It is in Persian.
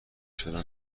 چرا